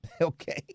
Okay